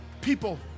people